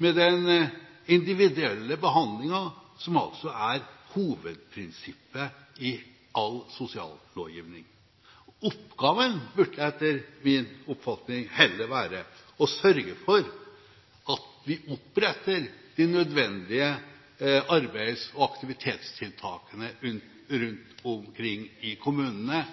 med den individuelle behandlingen, som er hovedprinsippet i all sosiallovgivning. Oppgaven burde etter min oppfatning heller være å sørge for at vi oppretter de nødvendige arbeids- og aktivitetstiltakene rundt omkring i kommunene,